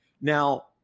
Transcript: Now